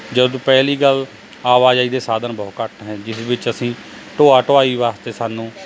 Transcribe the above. ਜਦੋਂ ਪਹਿਲੀ ਗੱਲ ਆਵਾਜਾਈ ਦੇ ਸਾਧਨ ਬਹੁਤ ਘੱਟ ਹੈ ਜਿਸ ਵਿੱਚ ਅਸੀਂ ਢੋਆ ਢੁਆਈ ਵਾਸਤੇ ਸਾਨੂੰ